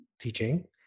teaching